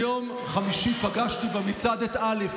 ביום חמישי פגשתי במצעד את א'.